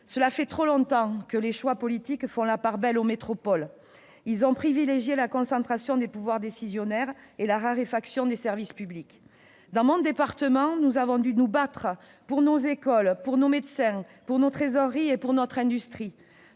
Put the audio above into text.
Voilà trop longtemps que les choix politiques font la part belle aux métropoles, privilégiant la concentration des pouvoirs décisionnaires et la raréfaction des services publics. Dans mon département, nous avons dû nous battre pour nos écoles, pour nos médecins, pour nos trésoreries et pour notre industrie.